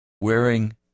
wearing